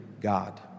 God